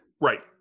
Right